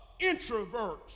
introverts